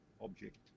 object